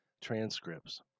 transcripts